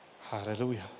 hallelujah